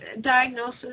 diagnosis